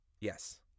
Yes